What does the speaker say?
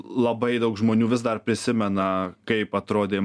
labai daug žmonių vis dar prisimena kaip atrodė